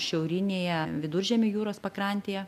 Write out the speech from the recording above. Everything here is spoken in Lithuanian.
šiaurinėje viduržemio jūros pakrantėje